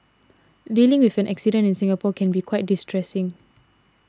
dealing with an accident in Singapore can be quite distressing